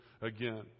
again